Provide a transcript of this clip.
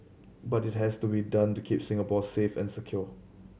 but it has to be done to keep Singapore safe and secure